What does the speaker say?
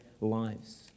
lives